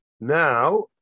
Now